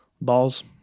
Balls